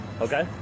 Okay